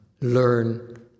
learn